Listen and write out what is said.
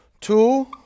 Two